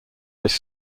this